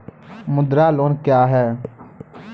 मुद्रा लोन क्या हैं?